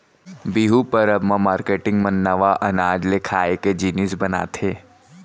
बिहू परब म मारकेटिंग मन नवा अनाज ले खाए के जिनिस बनाथे